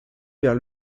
vers